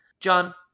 john